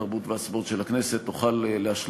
התרבות והספורט של הכנסת תוכל להשלים